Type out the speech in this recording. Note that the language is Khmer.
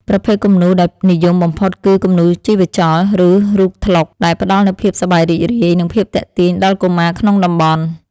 ប្រភេទគំនូរដែលពេញនិយមបំផុតគឺ គំនូរជីវចល ឬរូបត្លុក ដែលផ្ដល់នូវភាពសប្បាយរីករាយ និងភាពទាក់ទាញដល់កុមារក្នុងតំបន់។